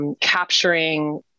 Capturing